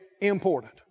important